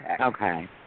Okay